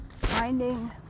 Finding